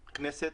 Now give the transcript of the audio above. בכנסת,